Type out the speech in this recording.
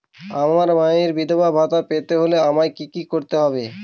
আমার মায়ের বিধবা ভাতা পেতে হলে আমায় কি কি করতে হবে?